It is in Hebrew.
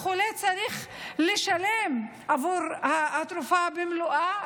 החולה צריך לשלם עבור התרופה במלואה.